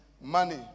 Money